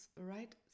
right